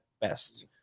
best